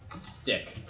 Stick